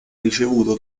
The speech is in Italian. ricevuto